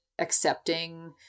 accepting